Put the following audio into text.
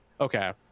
okay